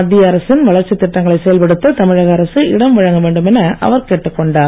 மத்திய அரசின் வளர்ச்சி திட்டங்களை செயல்படுத்த தமிழக அரசு இடம் வழங்க வேண்டும் என அவர் கேட்டுக் கொண்டார்